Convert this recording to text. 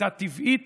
הייתה טבעית